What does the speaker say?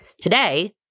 Today